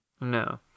no